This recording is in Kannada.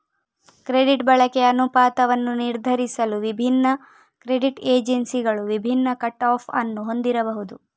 ಕ್ರೆಡಿಟ್ ಬಳಕೆಯ ಅನುಪಾತವನ್ನು ನಿರ್ಧರಿಸಲು ವಿಭಿನ್ನ ಕ್ರೆಡಿಟ್ ಏಜೆನ್ಸಿಗಳು ವಿಭಿನ್ನ ಕಟ್ ಆಫ್ ಅನ್ನು ಹೊಂದಿರಬಹುದು